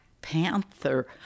Panther